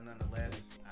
nonetheless